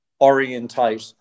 orientate